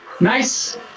Nice